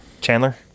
Chandler